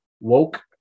Woke